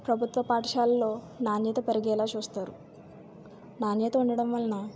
ప్రభుత్వ పాఠశాలలో నాణ్యత పెరిగేలాగ చూస్తారు నాణ్యత ఉండడం వలన